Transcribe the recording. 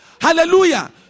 Hallelujah